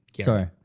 Sorry